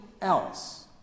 else